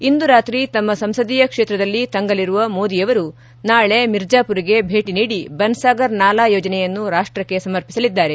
ಇಂದು ರಾತ್ರಿ ತಮ್ಮ ಸಂಸದೀಯ ಕ್ಷೇತ್ರದಲ್ಲಿ ತಂಗಲಿರುವ ಮೋದಿ ಅವರು ನಾಳೆ ಮಿರ್ಜಾಪುರ್ಗೆ ಭೇಟಿ ನೀಡಿ ಬನ್ಸಾಗರ್ ನಾಲಾ ಯೋಜನೆಯನ್ನು ರಾಷ್ಲಕ್ಕೆ ಸಮರ್ಪಿಸಲಿದ್ದಾರೆ